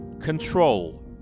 control